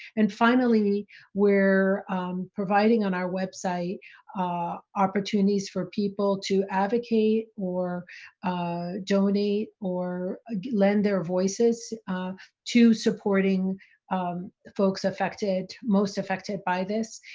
and finally we're providing on our website opportunities for people to advocate or donate or lend their voices to supporting um folks affected, most affected by this,